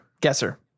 Guesser